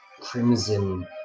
crimson